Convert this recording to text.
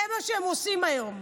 זה מה שהם עושים היום,